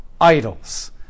idols